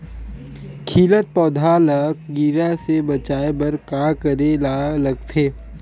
खिलत पौधा ल कीरा से बचाय बर का करेला लगथे?